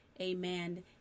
Amen